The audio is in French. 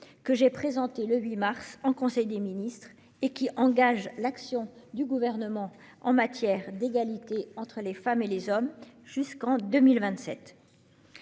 que j'ai présenté le 8 mars dernier en conseil des ministres et qui engage l'action du Gouvernement en matière d'égalité entre les femmes et les hommes jusqu'en 2027.